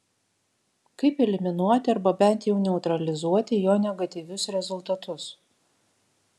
kaip eliminuoti arba bent jau neutralizuoti jo negatyvius rezultatus